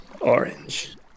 orange